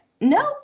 no